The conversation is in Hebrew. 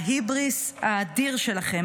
ההיבריס האדיר שלכם,